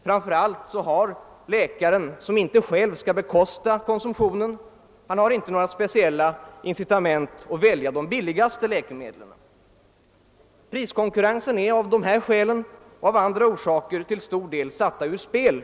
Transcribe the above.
Framför allt har inte läkaren, som själv inte skall bekosta konsumtionen, några speciella incitament att välja de billigaste läkemedlen. Priskonkurrensen är av dessa och andra orsaker till stor del satt ur spel.